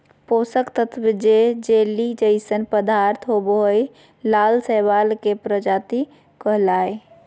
पोषक तत्त्व जे जेली जइसन पदार्थ होबो हइ, लाल शैवाल के प्रजाति कहला हइ,